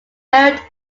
held